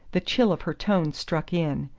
the chill of her tone struck in.